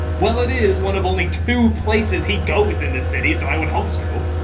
well, it is one of only two places he goes in this city, so i would hope so.